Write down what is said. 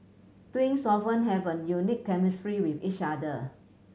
twins often have a unique chemistry with each other